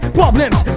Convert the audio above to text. problems